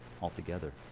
altogether